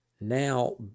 now